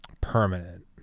permanent